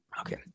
okay